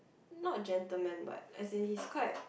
not gentleman but as in he's quite